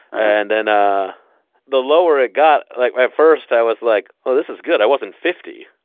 and then ah the lower it got, like, my first i was like, oh, this is good. i wasn't fifty,